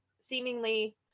seemingly